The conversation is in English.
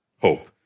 hope